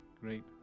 Great